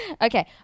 Okay